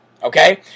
Okay